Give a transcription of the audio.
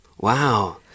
Wow